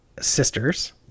Sisters